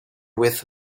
with